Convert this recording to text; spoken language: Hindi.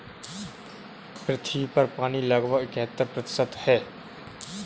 पृथ्वी पर पानी लगभग इकहत्तर प्रतिशत है